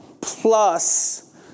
Plus